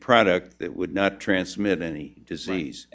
product that would not transmitting any disease